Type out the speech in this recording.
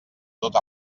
tot